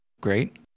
great